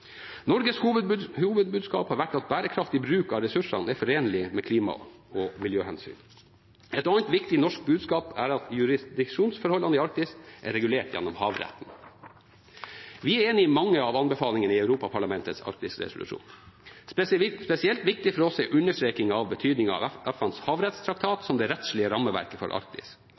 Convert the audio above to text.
Norges hovedbudskap har vært at bærekraftig bruk av ressursene er forenlig med klima- og miljøhensyn. Et annet viktig norsk budskap er at jurisdiksjonsforholdene i Arktis er regulert gjennom havretten. Vi er enig i mange av anbefalingen i Europaparlamentets arktisresolusjon. Spesielt viktig for oss er understrekingen av betydningen av FNs havrettstraktat som det rettslige rammeverket for Arktis.